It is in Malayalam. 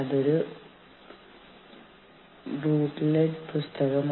അപ്പോഴാണ് അത് കളക്റ്റീവ് ലേബർ ആവുന്നത്